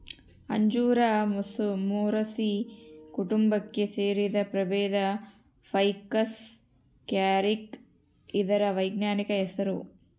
ಅಂಜೂರ ಮೊರಸಿ ಕುಟುಂಬಕ್ಕೆ ಸೇರಿದ ಪ್ರಭೇದ ಫೈಕಸ್ ಕ್ಯಾರಿಕ ಇದರ ವೈಜ್ಞಾನಿಕ ಹೆಸರು